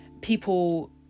people